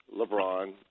LeBron